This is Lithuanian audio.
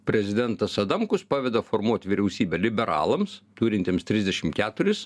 prezidentas adamkus paveda formuot vyriausybę liberalams turintiems trisdešim keturis